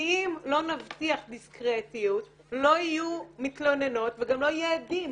כי אם לא נבטיח דיסקרטיות לא יהיו מתלוננות וגם לא יהיו עדים.